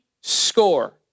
score